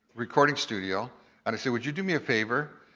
recording studio and i say, would you do me a favour?